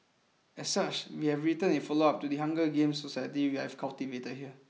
as such we are written a follow up to the Hunger Games society we have cultivated here